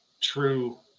true